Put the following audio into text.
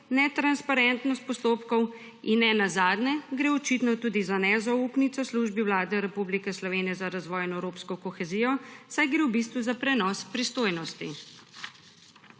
netransparentnost postopkov in nenazadnje gre očitno tudi za nezaupnico Službi vlade Republike Slovenije za razvoj in evropsko kohezijo, saj gre v bistvu za prenos pristojnosti.